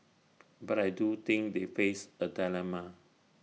but I do think they face A dilemma